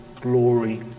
glory